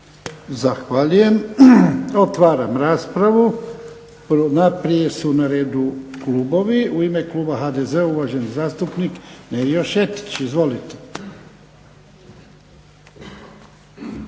Zahvaljujem. Otvaram raspravu. Najprije su na redu klubovi. U ime kluba HDZ-a uvaženi zastupnik Nevio Šetić. Izvolite.